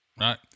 right